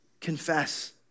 confess